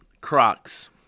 Crocs